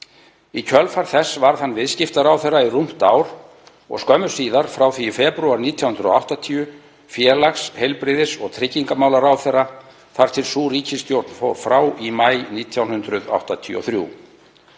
Í kjölfar þess varð hann viðskiptaráðherra í rúmt ár og skömmu síðar, frá því í febrúar 1980, félags-, heilbrigðis- og tryggingamálaráðherra þar til sú ríkisstjórn fór frá í maí 1983.